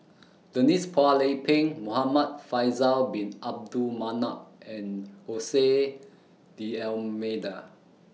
Denise Phua Lay Peng Muhamad Faisal Bin Abdul Manap and Ose D'almeida